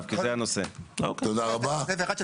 תודה.